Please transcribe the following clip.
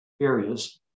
areas